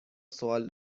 سوال